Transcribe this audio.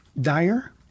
dire